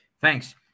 Thanks